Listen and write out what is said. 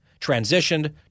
transitioned